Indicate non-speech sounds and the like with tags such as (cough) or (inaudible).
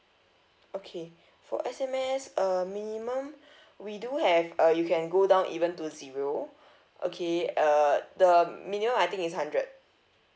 okay for S_M_S uh minimum (breath) we do have uh you can go down even to zero (breath) okay uh the minimum I think is hundred